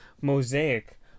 Mosaic